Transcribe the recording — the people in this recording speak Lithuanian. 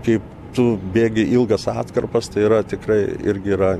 kaip tu bėgi ilgas atkarpas tai yra tikrai irgi yra